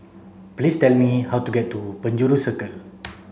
please tell me how to get to Penjuru Circle